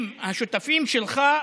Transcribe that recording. עם השותפים שלך,